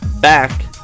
back